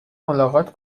ملاقات